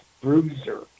Bruiser